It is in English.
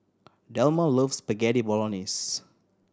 Delmar loves Spaghetti Bolognese